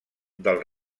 del